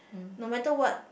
no matter what